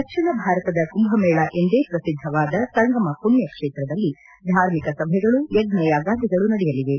ದಕ್ಷಿಣ ಭಾರತದ ಕುಂಭಮೇಳ ಎಂದೇ ಪ್ರಸಿದ್ದ ಸಂಗಮ ಪುಣ್ಣ ಕ್ಷೇತ್ರದಲ್ಲಿ ಧಾರ್ಮಿಕ ಸಭೆಗಳು ಯಜ್ಞಯಾಗಾದಿಗಳು ನಡೆಯಲಿವೆ